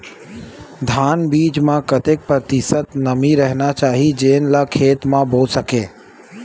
धान बीज म कतेक प्रतिशत नमी रहना चाही जेन ला खेत म बो सके?